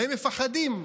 והם מפחדים.